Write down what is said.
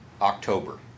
October